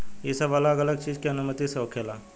ई सब अलग अलग चीज के अनुमति से होखेला